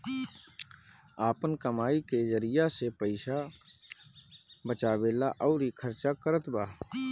आपन कमाई के जरिआ से पईसा बचावेला अउर खर्चा करतबा